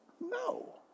No